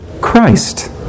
Christ